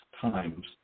times